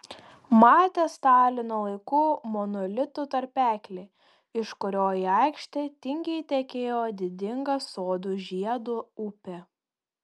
matė stalino laikų monolitų tarpeklį iš kurio į aikštę tingiai tekėjo didinga sodų žiedo upė